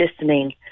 listening